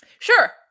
Sure